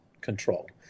control